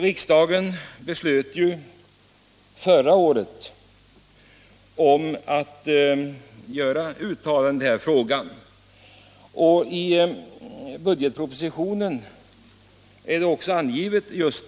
Riksdagen beslöt ju förra året att göra ett uttalande i den här frågan. I budgetpropositionen har detta också angivits.